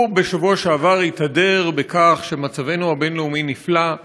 בשבוע שעבר הוא התהדר בכך שמצבנו הבין-לאומי נפלא,